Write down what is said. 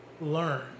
learn